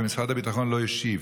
ומשרד הביטחון לא השיב.